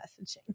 messaging